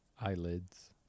eyelids